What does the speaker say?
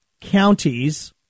counties